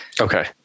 Okay